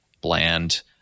bland